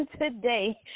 today